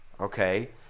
Okay